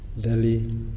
Delhi